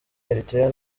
eritrea